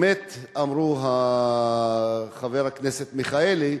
אמת אמר חבר הכנסת מיכאלי,